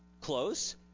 close